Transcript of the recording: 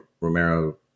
Romero